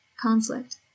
conflict